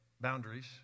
Boundaries